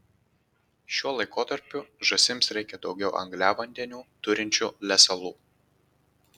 šiuo laikotarpiu žąsims reikia daugiau angliavandenių turinčių lesalų